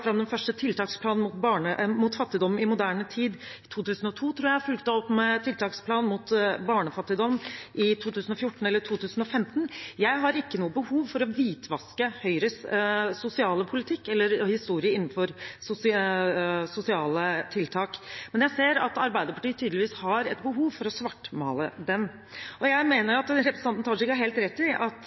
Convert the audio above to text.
fram den første tiltaksplanen mot fattigdom i moderne tid – i 2002, tror jeg – og fulgte opp med tiltaksplan mot barnefattigdom i 2014 eller 2015. Jeg har ikke noe behov for å hvitvaske Høyres sosiale politikk eller historie innenfor sosiale tiltak, men jeg ser at Arbeiderpartiet tydeligvis har et behov for å svartmale den. Jeg mener at representanten Tajik har helt rett i at